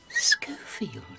Schofield